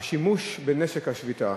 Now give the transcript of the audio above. על שימוש בנשק השביתה.